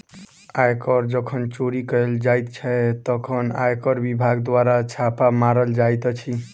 आयकर जखन चोरी कयल जाइत छै, तखन आयकर विभाग द्वारा छापा मारल जाइत अछि